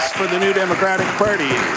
the new democratic party.